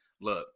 Look